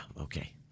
okay